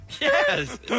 Yes